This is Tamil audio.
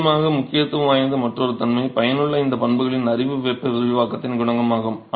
நிச்சயமாக முக்கியத்துவம் வாய்ந்த மற்றொரு தன்மை பயனுள்ள இந்த பண்புகளின் அறிவு வெப்ப விரிவாக்கத்தின் குணகம் ஆகும்